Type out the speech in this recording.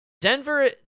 Denver